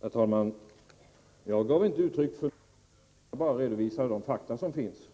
Herr talman! Jag gav inte uttryck för någon bedömning. Jag redovisade bara de fakta som finns.